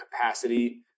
capacity